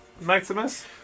Maximus